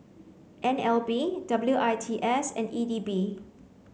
N L B W I T S and E D B